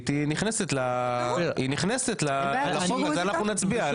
והיא נכנסת ואנחנו נצביע על ההערה שלו.